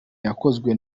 yakozwe